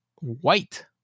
white